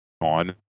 on